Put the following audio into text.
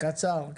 קצר.